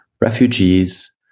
refugees